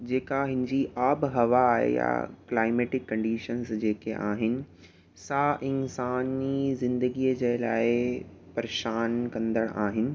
जेका इन जी आबु हवा आहे त या क्लाईमेटिक कंडीशन जेके आहिनि सा इंसानी ज़िंदगीअ जे लाइ परेशान कंदड़ु आहिनि